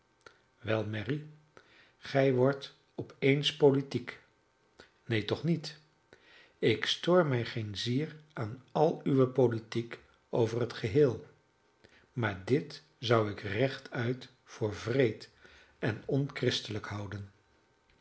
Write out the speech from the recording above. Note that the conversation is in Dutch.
wel mary gij wordt op eens politiek neen toch niet ik stoor mij geen zier aan al uwe politiek over het geheel maar dit zou ik rechtuit voor wreed en onchristelijk houden